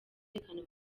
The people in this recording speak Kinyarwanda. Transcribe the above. umutekano